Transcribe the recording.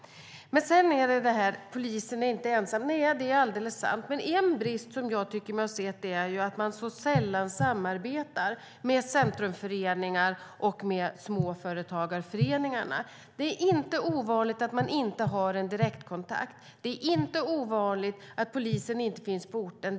Polisen är inte ensam. Nej, det är alldeles sant. Men en brist som jag tycker mig ha sett är att man sällan samarbetar med centrumföreningar och med småföretagarföreningar. Det är inte ovanligt att man inte har en direktkontakt. Det är inte ovanligt att polisen inte finns på orten.